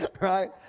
right